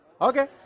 Okay